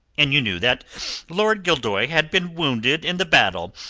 and you knew that lord gildoy had been wounded in the battle,